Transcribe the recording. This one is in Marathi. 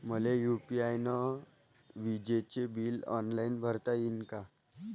मले यू.पी.आय न विजेचे बिल ऑनलाईन भरता येईन का?